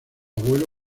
abuelo